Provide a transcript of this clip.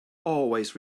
always